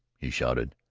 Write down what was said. he shouted.